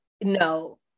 no